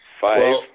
five